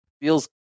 feels